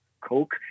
Coke